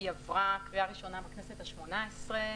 היא עברה קריאה ראשונה בכנסת השמונה-עשרה,